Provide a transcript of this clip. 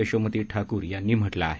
यशोमती ठाकूर यांनी म्हटलं आहे